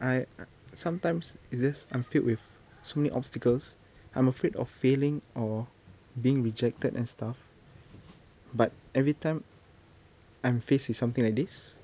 I sometimes it's just I'm filled with so many obstacles I'm afraid of failing or being rejected and stuff but every time I'm faced with something like this